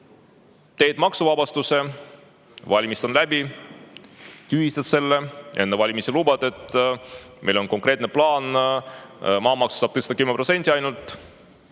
teed maksuvabastuse, valimised on läbi, tühistad selle; enne valimisi lubad, et meil on konkreetne plaan, et maamaksu saab tõsta 10% ainult,